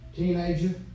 Teenager